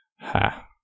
Ha